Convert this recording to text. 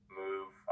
move